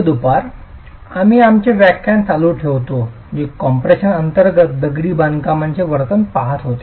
शुभ दुपार आम्ही आमचे व्याख्यान चालू ठेवतो जे कॉम्प्रेशन अंतर्गत दगडी बांधकामाचे वर्तन पहात होते